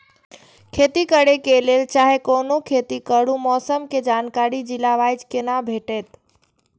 खेती करे के लेल चाहै कोनो खेती करू मौसम के जानकारी जिला वाईज के ना भेटेत?